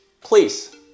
please